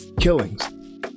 killings